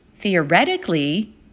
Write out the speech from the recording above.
theoretically